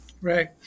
Right